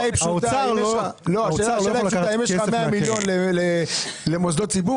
הצוות התחיל לשבת על מנת לנסות הגיע להסכמות.